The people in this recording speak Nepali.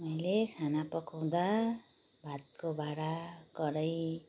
मैले खाना पकाउँदा भातको भाँडा कराही